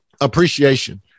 appreciation